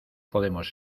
podemos